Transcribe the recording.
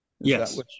Yes